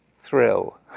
thrill